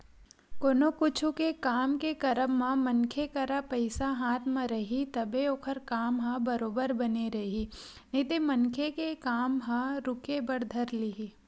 कोनो कुछु के काम के करब म मनखे करा पइसा हाथ म रइही तभे ओखर काम ह बरोबर बने रइही नइते मनखे के काम ह रुके बर धर लिही